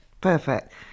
perfect